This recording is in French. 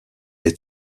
est